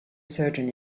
surgeon